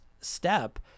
step